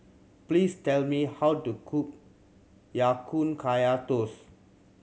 please tell me how to cook Ya Kun Kaya Toast